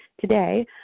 Today